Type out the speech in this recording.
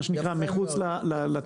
זה מה שנקרא מחוץ לתקציב.